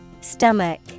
Stomach